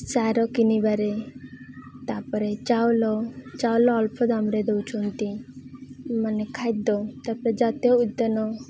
ସାର କିଣିବାରେ ତାପରେ ଚାଉଳ ଚାଉଳ ଅଳ୍ପ ଦାମ୍ରେ ଦେଉଛନ୍ତି ମାନେ ଖାଦ୍ୟ ତାପରେ ଜାତୀୟ ଉଦ୍ୟାନ